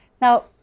now